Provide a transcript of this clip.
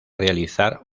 realizar